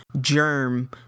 germ